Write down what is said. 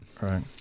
Right